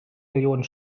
millionen